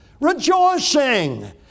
Rejoicing